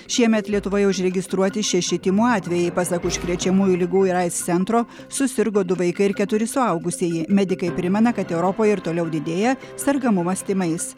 šiemet lietuvoje užregistruoti šeši tymų atvejai pasak užkrečiamųjų ligų ir aids centro susirgo du vaikai ir keturi suaugusieji medikai primena kad europoje ir toliau didėja sergamumas tymais